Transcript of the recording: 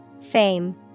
Fame